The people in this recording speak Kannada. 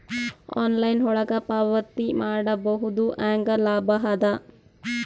ಆನ್ಲೈನ್ ಒಳಗ ಪಾವತಿ ಮಾಡುದು ಹ್ಯಾಂಗ ಲಾಭ ಆದ?